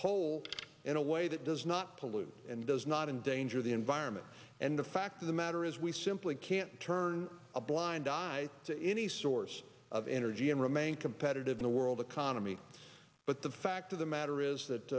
coal in a way that does not pollute and does not endanger the environment and the fact of the matter is we simply can't turn a blind eye to any source of energy and remain competitive in the world economy but the fact of the matter is